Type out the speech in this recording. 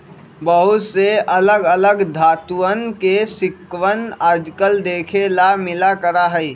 बहुत से अलग अलग धातुंअन के सिक्कवन आजकल देखे ला मिला करा हई